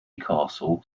castle